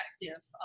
effective